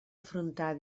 afrontar